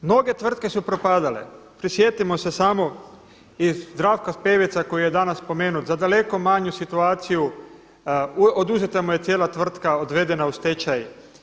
Mnoge tvrtke su propadale, prisjetimo se samo Zdravka Speveca koji je danas spomenut za daleko manju situaciju oduzeta mu je cijela tvrtka, odvedena u stečaj.